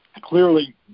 clearly